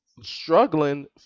struggling